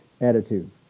attitude